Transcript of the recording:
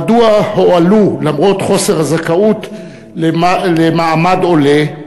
מדוע הועלו למרות חוסר הזכאות למעמד עולה?